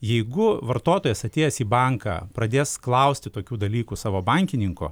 jeigu vartotojas atėjęs į banką pradės klausti tokių dalykų savo bankininko